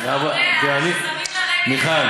מיכל,